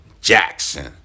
Jackson